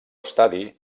estadi